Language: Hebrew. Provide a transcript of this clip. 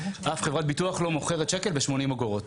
אף חברת ביטוח לא מוכרת שקל ב-80 אגורות.